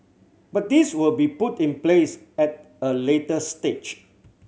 but these will be put in place at a later stage